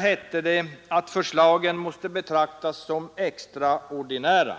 hette det att föreslagen måste betraktas som extraordinära.